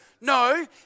No